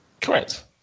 Correct